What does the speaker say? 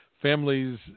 families